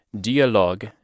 dialogue